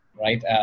right